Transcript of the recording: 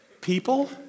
people